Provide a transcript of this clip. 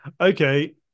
okay